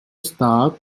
stát